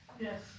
Yes